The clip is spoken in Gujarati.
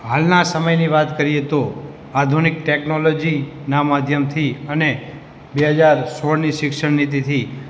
હાલનાં સમયની વાત કરીએ તો આધુનિક ટેકનોલોજીનાં માધ્યમથી અને બે હજાર સોળની શિક્ષણ નીતિથી